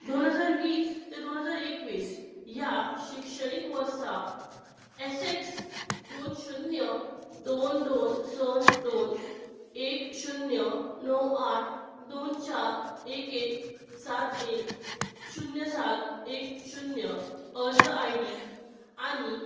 दोन हजार वीस ते दोन हजार एकवीस ह्या शिक्षणीक वर्सा एस एक्स दोन शुन्य दोन दोन स दोन एक शुन्य णव आठ दोन चार एक एक सात एक शुन्य सात एक शुन्य अर्ज आय डी आनी